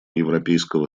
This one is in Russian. европейского